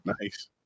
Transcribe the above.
Nice